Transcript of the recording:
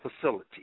facility